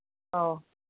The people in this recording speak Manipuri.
ꯑꯧ